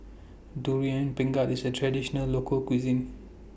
Durian Pengat IS A Traditional Local Cuisine